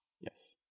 Yes